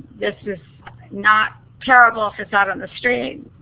this is not terrible, if it's out on the street,